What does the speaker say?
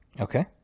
Okay